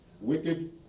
wicked